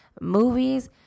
movies